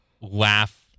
laugh